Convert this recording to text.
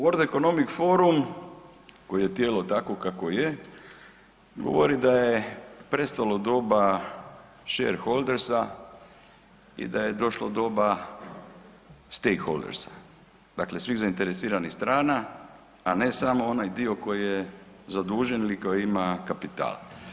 World Economic Forum koji je tijelo takvo kakvo je, govori da je prestalo doba shareholdersa i da je došlo doba stakeholdersa dakle svih zainteresiranih strana, a ne samo onaj dio koji je zadužen ili koji ima kapital.